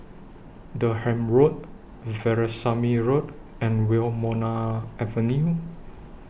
Durham Road Veerasamy Road and Wilmonar Avenue